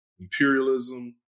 imperialism